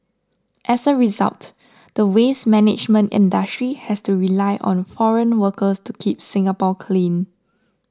as a result the waste management industry has to rely on foreign workers to keep Singapore clean